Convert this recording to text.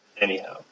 Anyhow